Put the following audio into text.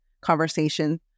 conversation